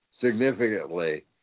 significantly